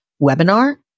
webinar